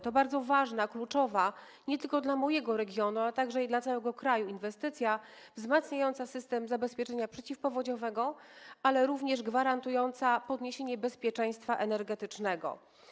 To bardzo ważna, kluczowa nie tylko dla mojego regionu, ale także dla całego kraju, inwestycja wzmacniająca system zabezpieczenia przeciwpowodziowego, ale również gwarantująca podniesienie bezpieczeństwa energetycznego.